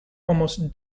almost